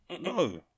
No